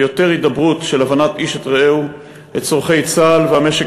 וליותר הידברות של הבנת איש את רעהו לצורכי צה"ל והמשק